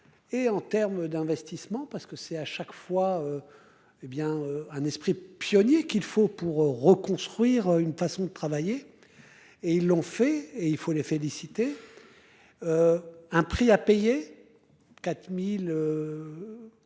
et en terme d'investissement parce que c'est à chaque fois. Hé bien un esprit pionnier, qu'il faut pour reconstruire une façon de travailler. Et ils l'ont fait et il faut les féliciter. Un prix à payer. 4000.